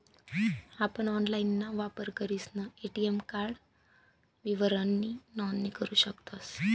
आपण ऑनलाइनना वापर करीसन ए.टी.एम कार्ड विवरणनी नोंदणी करू शकतस